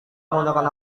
menggunakan